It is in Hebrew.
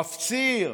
מפציר,